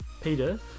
Peter